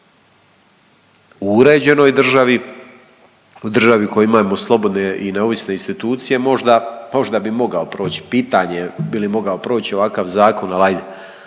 U uređenoj državi, u državi u kojoj imamo slobodne i neovisne institucije možda, možda bi mogao proći. Pitanje bi li mogao proći ovakav zakon, ali hajde,